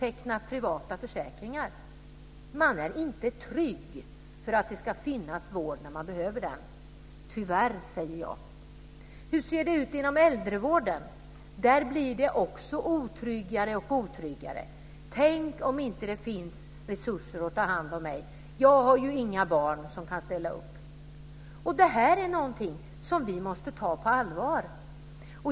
Man är inte trygg, man tror inte att det ska finnas vård när man behöver den. Tyvärr, säger jag. Hur ser det ut inom äldrevården? Där blir det också otryggare och otryggare. Tänk om det inte finns resurser att ta hand om mig, jag har ju inga barn som kan ställa upp. Det här är någonting som vi måste ta på allvar.